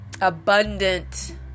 abundant